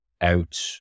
out